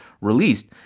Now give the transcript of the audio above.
released